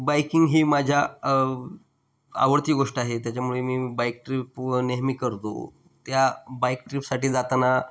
biking ही माझ्या आवडती गोष्ट आहे त्याच्यामुळे मी बाईक ट्रीप व नेहमी करतो त्या बाईक ट्रीपसाठी जाताना